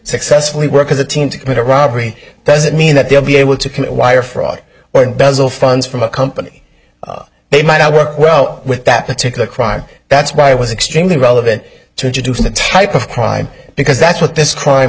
successfully work as a team to commit a robbery doesn't mean that they'll be able to commit wire fraud or embezzle funds from a company they might not work well with that particular crime that's why it was extremely relevant to introduce that type of crime because that's what this crime